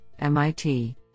MIT